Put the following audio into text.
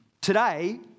today